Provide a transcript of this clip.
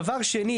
דבר שני,